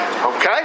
Okay